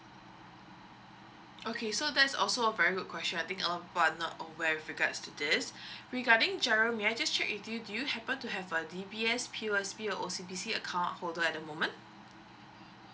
okay so that's also a very good question I think um but not aware with regards to this regarding G_I_R_O may I just check with you do you happen to have uh D_B_S P_O_S_B or O_C_B_C account holder at the moment